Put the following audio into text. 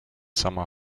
summer